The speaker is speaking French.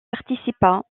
participa